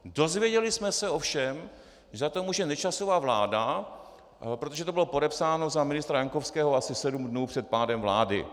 Dozvěděli jsme se ovšem, že za to může Nečasova vláda, protože to bylo podepsáno za ministra Jankovského asi sedm dnů před pádem vlády.